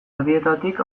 erdietatik